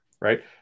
right